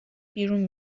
بیرون